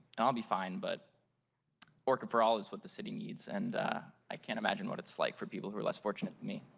and um be fine but orca for all is what the city needs. and i can't imagine what it's like for people who are less fortunate than me.